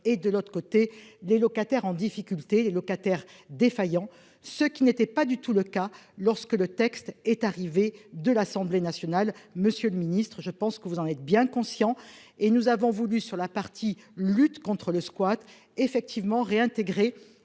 et de l'autre côté, des locataires en difficulté locataire défaillant, ce qui n'était pas du tout le cas lorsque le texte est arrivé de l'Assemblée nationale, Monsieur le Ministre, je pense que vous en êtes bien conscients et nous avons voulu sur la partie lutte contre le squat effectivement réintégrer